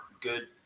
good